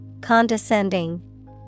Condescending